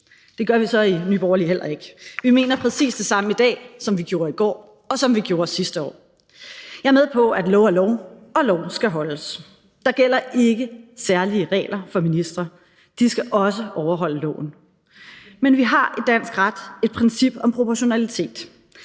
Det gør vi så heller ikke i Nye Borgerlige. Vi mener præcis det samme i dag, som vi gjorde i går, og som vi gjorde sidste år. Jeg er med på, at lov er lov, og at loven skal holdes. Der gælder ikke særlige regler for ministre. De skal også overholde loven. Men vi har i dansk ret et princip om proportionalitet;